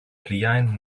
pliajn